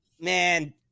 man